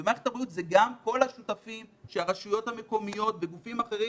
ומערכת הבריאות זה גם כל השותפים הרשויות המקומיות וגופים אחרים,